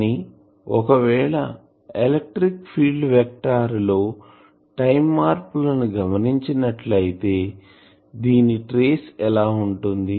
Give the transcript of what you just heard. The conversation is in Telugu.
కానీ ఒకవేళ ఎలక్ట్రిక్ ఫీల్డ్ వెక్టార్ లో టైం మార్పుల ని గమనించినట్లయితే దీని ట్రేస్ ఎలా ఉంటుంది